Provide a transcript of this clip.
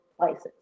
places